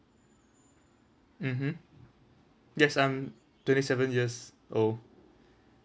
mmhmm yes I'm twenty seven years old